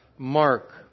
Mark